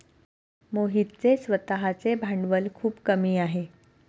मोहितचे स्वतःचे भांडवल खूप कमी आहे